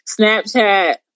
Snapchat